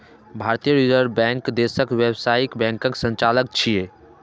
भारतीय reserve bank देशक व्यावसायिक बैंकक संचालक छियै